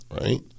right